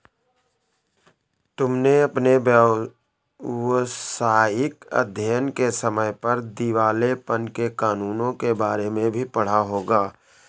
तुमने अपने व्यावसायिक अध्ययन के समय पर दिवालेपन के कानूनों के बारे में भी पढ़ा होगा